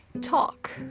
talk